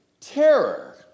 Terror